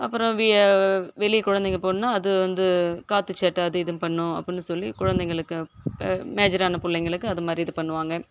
அப்புறோம் வெளியே குழந்தைங்கள் போகணுன்னா அது வந்து காற்று சேட்டை அது இதுன்னு பண்ணும் அப்படினு சொல்லி குழந்தைங்களுக்கு மேஜர் ஆன பிள்ளைங்களுக்கு அது மாதிரி இது பண்ணுவாங்க